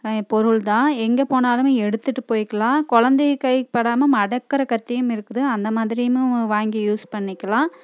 பொருள் தான் எங்கே போனாலும் எடுத்துகிட்டு போயிகலாம் குழந்தைக் கை படாமல் மடக்கிற கத்தியும் இருக்குது அந்த மாதிரியும் வாங்கி யூஸ் பண்ணிக்கலாம்